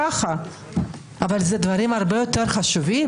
כשיש הרבה מאוד הסתייגויות,